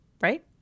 right